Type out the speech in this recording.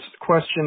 question